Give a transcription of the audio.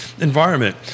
environment